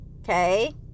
Okay